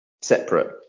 separate